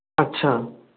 আচ্ছা